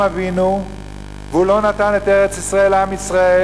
אבינו והוא לא נתן את ארץ-ישראל לעם ישראל